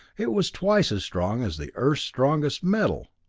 it was twice as strong as the earth's strongest metal!